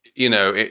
you know,